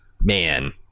man